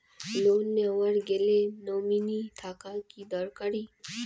Loan নেওয়ার গেলে nominee থাকা কি দরকারী?